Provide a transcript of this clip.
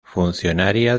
funcionaria